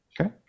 okay